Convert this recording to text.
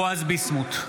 (קורא בשמות חברי הכנסת) בועז ביסמוט,